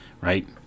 Right